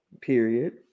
Period